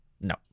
No